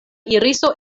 iriso